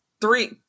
three